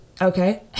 okay